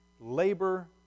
labor